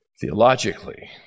Theologically